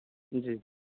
जी